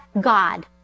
God